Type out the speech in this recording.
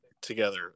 together